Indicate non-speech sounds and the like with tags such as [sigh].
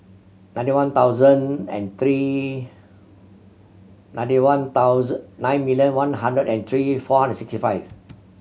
ninety one thousand and three ninety one [unintelligible] nine million one hundred and three four hundred sixty five